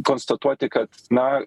konstatuoti kad na